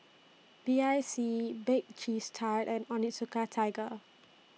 B I C Bake Cheese Tart and Onitsuka Tiger